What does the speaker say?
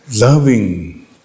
loving